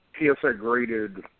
PSA-graded